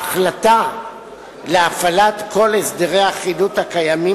ההחלטה להפעלת כל הסדרי החילוט הקיימים